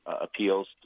appeals